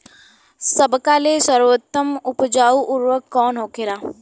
सबका ले सर्वोत्तम उपजाऊ उर्वरक कवन होखेला?